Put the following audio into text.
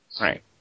Right